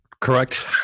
Correct